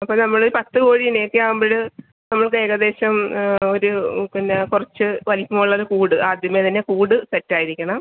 അപ്പോൾ നമ്മൾ പത്ത് കോഴീനെയൊക്കെ ആകുമ്പോൾ നമുക്ക് ഏകദേശം ഒരു പിന്നെ കുറച്ച് വലിപ്പമുള്ളൊരു കൂട് ആദ്യമേ തന്നെ കൂട് സെറ്റായിരിക്കണം